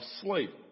sleep